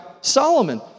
Solomon